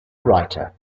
writer